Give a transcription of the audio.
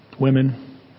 women